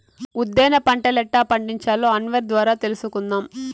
ఉద్దేన పంటలెట్టా పండించాలో అన్వర్ ద్వారా తెలుసుకుందాం